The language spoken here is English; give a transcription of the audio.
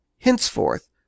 Henceforth